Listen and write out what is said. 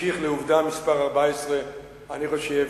אמשיך לעובדה מספר 14. אני חושב,